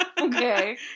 Okay